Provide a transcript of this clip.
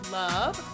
love